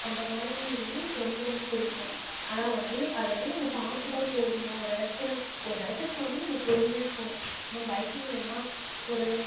அந்த மாதிரி இருந்தால் எனக்கு ரொம்ப ரொம்ப பிடிக்கும் ஆனால் வந்து அதை வந்து நம்ம பார்த்துதான் போகணும் ஒரு இடத்துல ஒரு இடத்துக்கு போகணுன்னா நம்ம பொறுமையாக போகணும் ஆனால் பைக்கிங் ரைட்ன்னா ஒரு